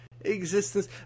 existence